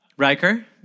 Riker